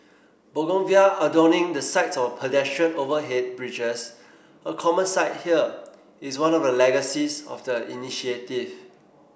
bougainvillea adorning the sides of pedestrian overhead bridges a common sight here is one of the legacies of the initiative